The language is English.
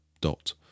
dot